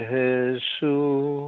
Jesus